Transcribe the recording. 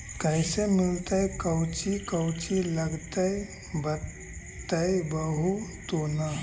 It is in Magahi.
कैसे मिलतय कौची कौची लगतय बतैबहू तो न?